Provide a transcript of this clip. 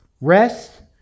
Rest